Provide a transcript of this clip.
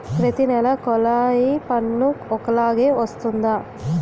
ప్రతి నెల కొల్లాయి పన్ను ఒకలాగే వస్తుందా?